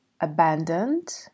abandoned